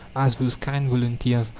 as those kind volunteers,